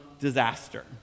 disaster